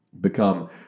become